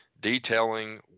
detailing